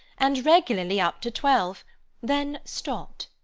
and regularly up to twelve then stopped.